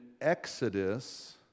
Exodus